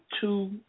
two